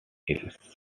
else